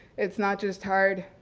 it's not just hard,